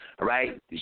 Right